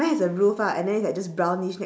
mine has a roof ah and then it's like just brownish